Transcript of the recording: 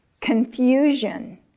confusion